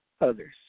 others